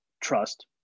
trust